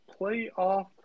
playoff